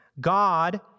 God